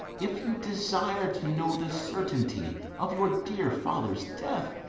if you desire to know the certainty of your dear father's death,